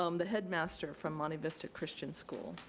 um the headmaster from monte vista christian school.